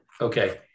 Okay